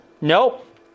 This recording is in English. Nope